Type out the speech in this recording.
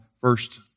First